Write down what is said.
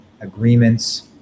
agreements